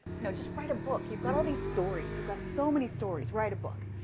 no, just write a book. you've got all these stories. you've got so many stories. write a book.